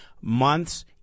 months